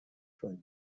کنید